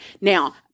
Now